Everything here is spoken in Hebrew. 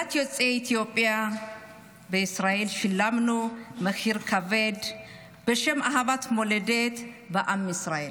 קהילת יוצאי אתיופיה בישראל שילמה מחיר כבד בשם אהבת המולדת ועם ישראל.